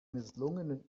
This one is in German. misslungenen